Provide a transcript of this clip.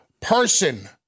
person